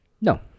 No